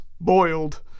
boiled